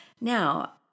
Now